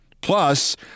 Plus